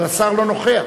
אבל השר לא נוכח.